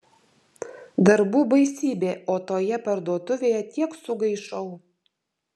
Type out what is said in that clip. darbų baisybė o toje parduotuvėje tiek sugaišau